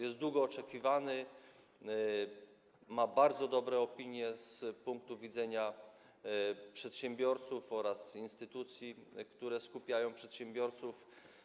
Jest ona długo oczekiwana, ma bardzo dobre opinie z punktu widzenia przedsiębiorców oraz instytucji, które skupiają przedsiębiorców.